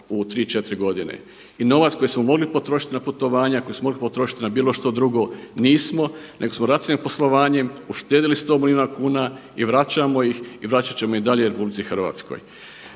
četiri godine. I novac koji smo mogli potrošit na putovanja, koja smo mogli potrošit na bilo što drugo nismo nego smo racionalnim poslovanjem uštedili sto milijuna kuna i vraćamo ih i vraćat ćemo ih i dalje Republici Hrvatskoj.